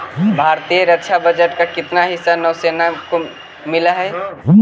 भारतीय रक्षा बजट का कितना हिस्सा नौसेना को मिलअ हई